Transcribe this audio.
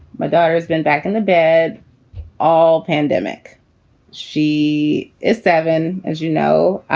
my daughter has been back in the bed all pandemic she is seven, as you know.